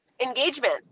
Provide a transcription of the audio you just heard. Engagement